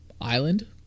island